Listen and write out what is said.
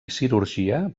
cirurgia